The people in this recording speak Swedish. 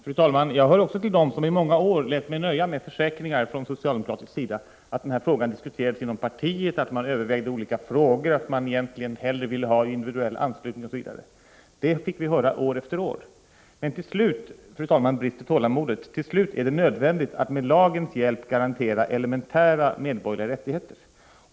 Fru talman! Jag hör också till dem som i många år lät mig nöja med försäkringar från socialdemokratisk sida att den här frågan diskuterades inom partiet, att man övervägde olika frågor, att man egentligen hellre ville ha individuell anslutning, osv. Det fick vi höra år efter år. Men till slut, fru talman, brister tålamodet. Till slut är det nödvändigt att med lagens hjälp reglera elementära medborgerliga rättigheter.